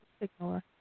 ignore